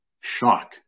Shock